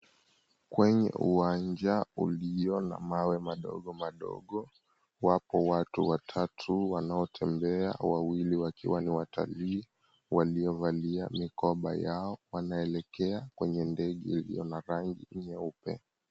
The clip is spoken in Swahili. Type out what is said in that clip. Kwenye uwanja ulio na mawe madogo madogo. Wapo watu watatu wanoatembea, wawili wakiwa ni watalii waliovalia mikoba yao, wanaelekea kwenye ndege iliona rangi nyeupe.